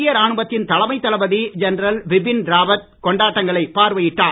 இந்திய ராணுவத்தின் தலைமை தளபதி ஜென்ரல் பிபின் ராவத் கொண்டாட்டங்களைப் பார்வையிட்டார்